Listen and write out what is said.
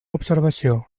observació